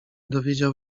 dowiedział